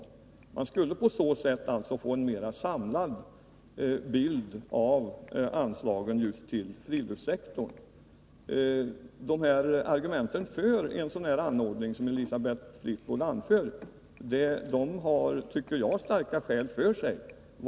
Man skulle på så sätt få en mer samlad bild av anslagen till friluftssektorn. De argument för en sådan anordning som Elisabeth Fleetwood anför har, tycker jag, starka skäl för sig.